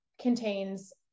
contains